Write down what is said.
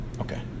Okay